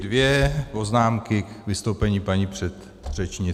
Dvě poznámky k vystoupení paní předřečnice.